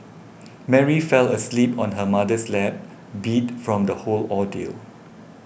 Mary fell asleep on her mother's lap beat from the whole ordeal